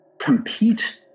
compete